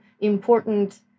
important